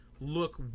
look